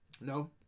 No